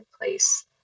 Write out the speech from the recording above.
place